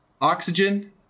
Oxygen